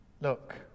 Look